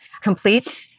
complete